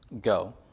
go